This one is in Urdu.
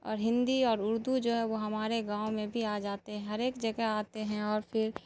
اور ہندی اور اردو جو ہے وہ ہمارے گاؤں میں بھی آ جاتے ہیں ہر ایک جگہ آتے ہیں اور پھر